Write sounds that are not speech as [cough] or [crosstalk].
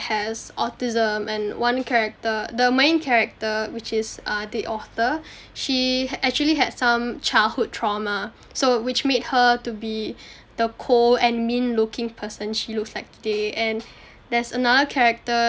has autism and one character the main character which is err the author she actually had some childhood trauma so which made her to be [breath] the cold and mean looking person she looks like today and there's another character